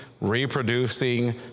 reproducing